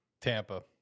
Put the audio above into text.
Tampa